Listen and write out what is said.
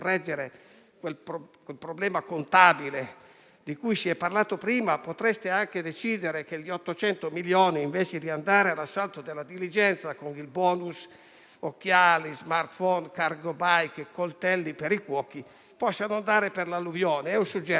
quel problema contabile di cui si è parlato prima potreste anche decidere che quegli 800 milioni, invece di essere destinati all'assalto della diligenza con il *bonus* occhiali, *smartphone,* *cargo bike,* coltelli per i cuochi, possano andare per l'alluvione (il mio è un suggerimento).